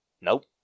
nope